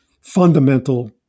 fundamental